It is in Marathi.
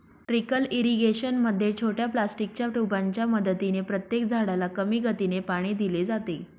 ट्रीकल इरिगेशन मध्ये छोट्या प्लास्टिकच्या ट्यूबांच्या मदतीने प्रत्येक झाडाला कमी गतीने पाणी दिले जाते